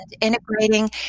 integrating